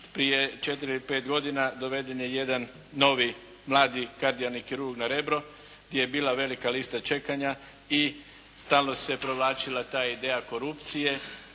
prije 4 ili 5 godina doveden je jedan novi mladi kardiokirurg na Rebro gdje je bila velika lista čekanja i stalno se provlačila ta ideja korupcije